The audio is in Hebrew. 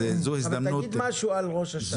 תגיד משהו על ראש השנה.